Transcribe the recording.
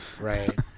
Right